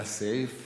לסעיף